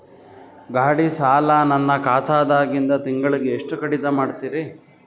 ಗಾಢಿ ಸಾಲ ನನ್ನ ಖಾತಾದಾಗಿಂದ ತಿಂಗಳಿಗೆ ಎಷ್ಟು ಕಡಿತ ಮಾಡ್ತಿರಿ?